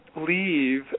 leave